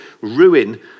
ruin